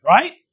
right